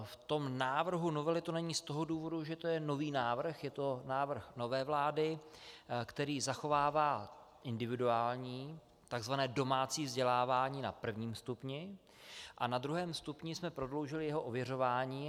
V návrhu novely to není z toho důvodu, že to je nový návrh, je to návrh nové vlády, který zachovává individuální, tzv. domácí vzdělávání na prvním stupni a na druhém stupni jsme prodloužili jeho ověřování.